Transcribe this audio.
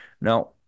Now